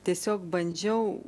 tiesiog bandžiau